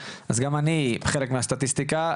אז גם אני חלק מהסטטיסטיקה.